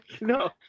no